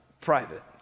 private